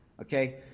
Okay